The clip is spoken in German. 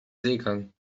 seegang